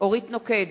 אליך לא צריך לדבר.